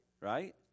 Right